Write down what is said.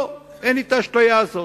לא, אין לי האשליה הזאת.